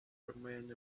remain